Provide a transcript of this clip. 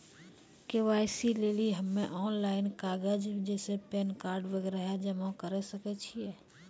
KYC लेली हम्मय online कागज जैसे पैन कार्ड वगैरह जमा करें सके छियै?